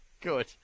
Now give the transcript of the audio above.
Good